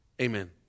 amen